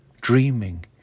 dreaming